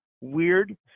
weird